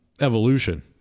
evolution